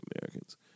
Americans